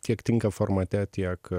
tiek tinka formate tiek